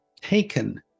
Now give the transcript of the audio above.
taken